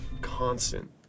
constant